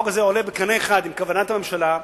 החוק הזה עולה בקנה אחד עם כוונת הממשלה.